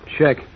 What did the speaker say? Check